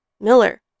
Miller